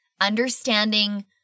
understanding